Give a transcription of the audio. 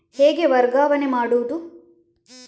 ಹೇಗೆ ವರ್ಗಾವಣೆ ಮಾಡುದು?